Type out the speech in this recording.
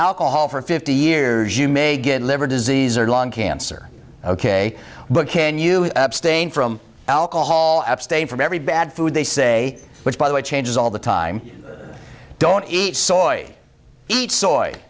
alcohol for fifty years you may get liver disease or lung cancer ok but can you abstain from alcohol abstain from every bad food they say which by the way changes all the time don't eat soy eat soy